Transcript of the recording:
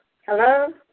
Hello